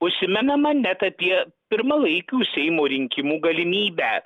užsimenama net apie pirmalaikių seimo rinkimų galimybę